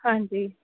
ਹਾਂਜੀ